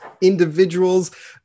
individuals